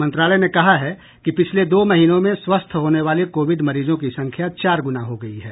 मंत्रालय ने कहा है कि पिछले दो महीनों में स्वस्थ होने वाले कोविड मरीजों की संख्या चार गुना हो गई है